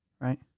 Right